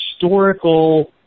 historical